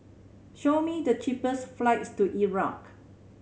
show me the cheapest flights to Iraq